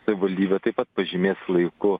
savivaldybė taip pat pažymės laiku